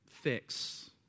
fix